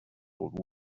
old